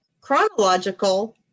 chronological